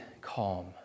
calm